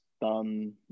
done